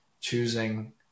choosing